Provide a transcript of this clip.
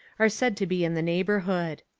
are said to be in the neighbourhood.